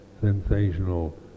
sensational